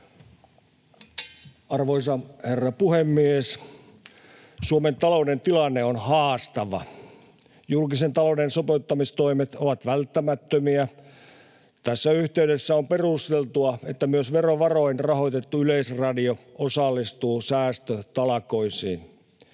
Arvoisa herra puhemies! Suomen talouden tilanne on haastava. Julkisen talouden sopeuttamistoimet ovat välttämättömiä. Tässä yhteydessä on perusteltua, että myös verovaroin rahoitettu Yleisradio osallistuu säästötalkoisiin.